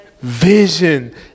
Vision